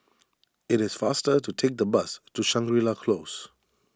it is faster to take the bus to Shangri La Close